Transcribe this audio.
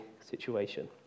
situation